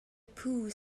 pulled